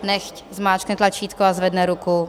Nechť zmáčkne tlačítko a zvedne ruku.